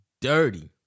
dirty